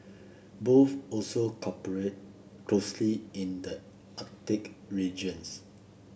both also cooperate closely in the Arctic regions